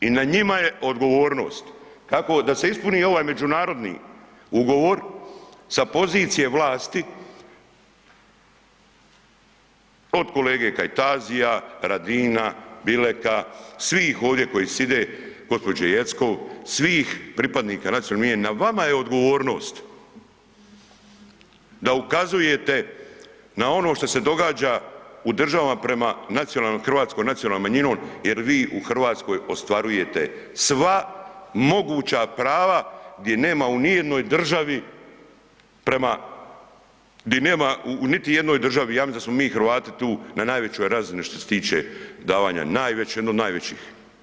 I na njima je odgovornost kako da se ispuni ovaj međunarodni ugovor sa pozicije vlasti od kolege Kajtazija, Radina, Bileka, svih ovdje koji sjede, gđe. Jeckov, svih pripadnika nacionalnih manjina, na vama je odgovornost da ukazujete na ono što se događa u državama prema hrvatskoj nacionalnom manjinom jer vi u Hrvatskoj ostvarujete sva moguća prava gdje nema u nijednoj državi prema, di nema niti u jednoj državi, ja mislim da smo mi Hrvati tu na najvećoj razini što se tiče davanja najveće, jedno od najvećih.